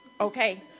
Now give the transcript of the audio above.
okay